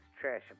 Trash